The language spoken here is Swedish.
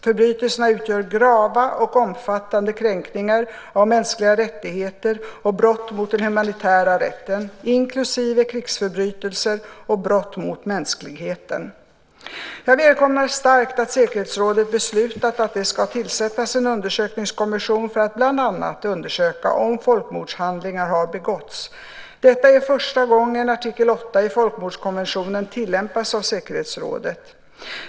Förbrytelserna utgör grava och omfattande kränkningar av mänskliga rättigheter och brott mot den humanitära rätten, inklusive krigsförbrytelser och brott mot mänskligheten. Jag välkomnar starkt att säkerhetsrådet beslutat att det ska tillsättas en undersökningskommission för att bland annat undersöka om folkmordshandlingar har begåtts. Detta är första gången artikel 8 i folkmordskonventionen tillämpas av säkerhetsrådet.